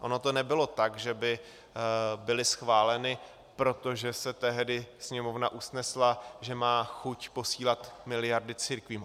Ono to nebylo tak, že by byly schváleny, protože se tehdy Sněmovna usnesla, že má chuť posílat miliardy církvím.